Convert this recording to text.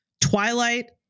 Twilight